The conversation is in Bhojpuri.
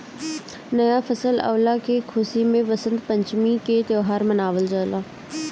नया फसल अवला के खुशी में वसंत पंचमी के त्यौहार मनावल जाला